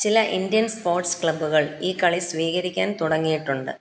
ചില Indian sports ക്ലബ്ബുകൾ ഈ കളി സ്വീകരിക്കാൻ തുടങ്ങിയിട്ടുണ്ട്